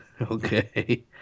Okay